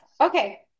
Okay